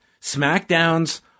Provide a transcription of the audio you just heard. SmackDown's